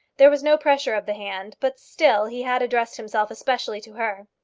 there was no pressure of the hand, but still he had addressed himself especially to her.